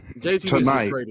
Tonight